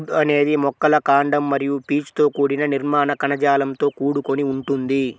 would అనేది మొక్కల కాండం మరియు పీచుతో కూడిన నిర్మాణ కణజాలంతో కూడుకొని ఉంటుంది